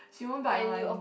she won't bite one